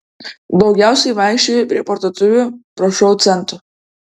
daugiausiai vaikščioju prie parduotuvių prašau centų